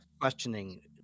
questioning